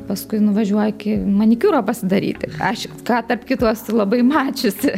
paskui nuvažiuoki manikiūro pasidaryti aš ką tarp kitko esu labai mačiusi